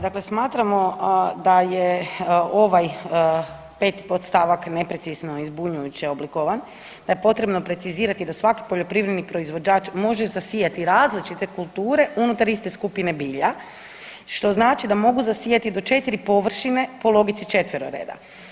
Dakle, smatramo da je ovaj 5. potstavak neprecizno i zbunjujuće oblikovan, da je potrebno precizirati da svaki poljoprivredni proizvođač može zasijati različite kulture unutar iste skupine bilja, što znači da mogu zasijati do 4 površine po logici četveroreda.